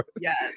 Yes